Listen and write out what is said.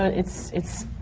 it's it's